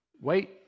Wait